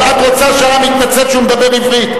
אבל את רוצה שהעם יתנצל שהוא מדבר עברית?